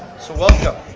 so welcome.